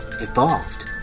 Evolved